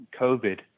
COVID